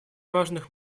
важных